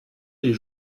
les